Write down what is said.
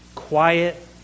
Quiet